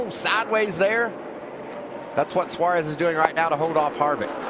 side ways there that's what suarez is doing right now to hold off harvick.